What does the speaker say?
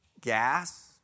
gas